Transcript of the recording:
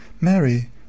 Mary